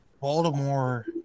Baltimore